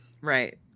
Right